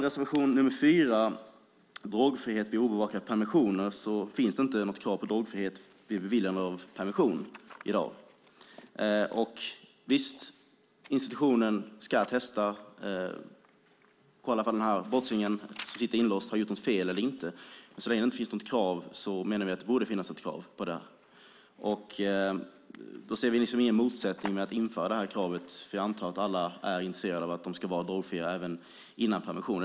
Reservation 4 handlar om drogfrihet vid obevakade permissioner. Det finns inte något krav på drogfrihet vid beviljande av permission i dag. Visst ska institutionen testa om den brottsling som sitter inlåst har gjort något fel eller inte, men vi menar att det borde finnas ett krav på detta. Vi ser ingen motsättning i att införa det här kravet, för jag antar att alla är intresserade av att de ska vara drogfria även innan permissionen.